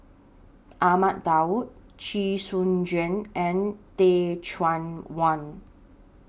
Ahmad Daud Chee Soon Juan and Teh Cheang Wan